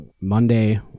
Monday